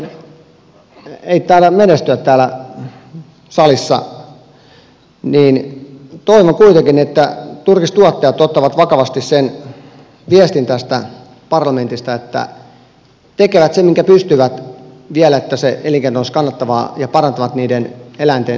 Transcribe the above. toivon tosiaan vaikka tämä lakialoite ei taida menestyä täällä salissa että turkistuottajat ottavat vakavasti sen viestin tästä parlamentista että tekevät sen minkä pystyvät vielä että se elinkeino olisi kannattavaa ja parantavat niiden eläinten hyvinvointia